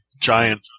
giant